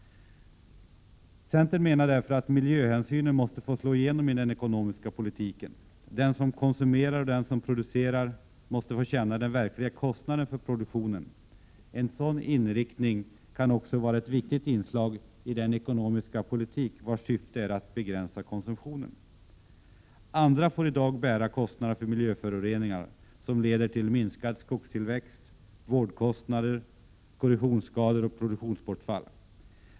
Centern menar därför att miljöhänsynen måste få slå igenom i den ekonomiska politiken. Den som konsumerar och den som producerar måste få känna de verkliga kostnaderna för produktionen. En sådan inriktning kan också vara ett viktigt inslag i den ekonomiska politik vars syfte är att begränsa konsumtionen. Andra får i dag bära kostnaderna för miljöföroreningar som leder till minskad skogstillväxt, vårdkostnader, korrosionsskador och produktionsbortfall.